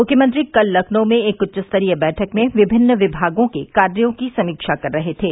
मुख्यमंत्री कल लखनऊ में एक उच्चस्तरीय बैठक में विभिन्न विमागों के कार्यों की समीक्षा कर रहे थे